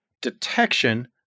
detection